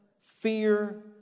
fear